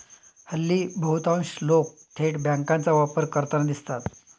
हल्ली बहुतांश लोक थेट बँकांचा वापर करताना दिसतात